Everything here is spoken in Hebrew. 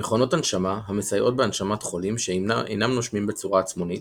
מכונות הנשמה המסייעות בהנשמת חולים שאינם נושמים בצורה עצמונית,